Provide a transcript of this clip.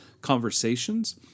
Conversations